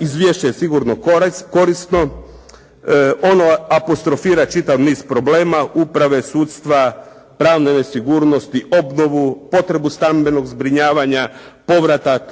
Izvješće je sigurno korisno. Ono apostrofira čitav niz problema uprave, sudstva, pravne nesigurnosti, obnovu, potrebu stambenog zbrinjavanja, povratak,